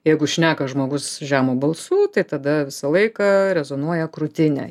jeigu šneka žmogus žemu balsu tai tada visą laiką rezonuoja krūtinę